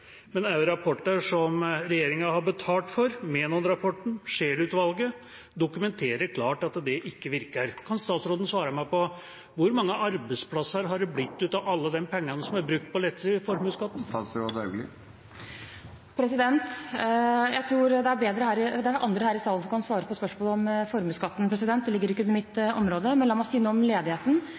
men også rapporter som regjeringa har betalt for, som Menon-rapporten og Scheel-utvalget, dokumenterer klart at det ikke virker. Kan statsråden svare meg på hvor mange arbeidsplasser det har blitt av alle de pengene som er brukt på lettelse i formuesskatten? Jeg tror det er andre her i salen som bedre kan svare på spørsmål om formuesskatten. Det ligger ikke til mitt område. Men la meg si noe om ledigheten. Det er en realitet at ledigheten går ned i tolv av landets fylker. Vi ser at ledigheten